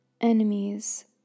enemies